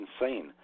insane